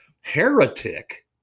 heretic